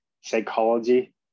psychology